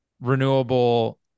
renewable